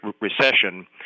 Recession